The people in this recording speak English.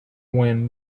wind